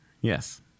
Yes